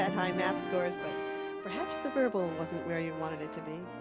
ah high math scores, but perhaps the verbal wasn't where you wanted it to be.